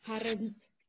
parents